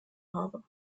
habe